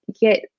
get